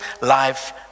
life